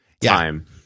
time